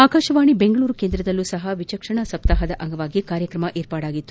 ಆಕಾಶವಾಣಿ ಬೆಂಗಳೂರು ಕೇಂದ್ರದಲ್ಲೂ ಸಹ ಎಚಕ್ಷಣಾ ಸಪ್ತಾಹದ ಅಂಗವಾಗಿ ಕಾರ್ಯಕ್ರಮ ವಿರ್ಪಾಡಾಗಿತ್ತು